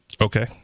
Okay